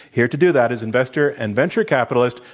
here to do that is investor and venture capitalist,